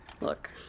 Look